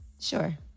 Sure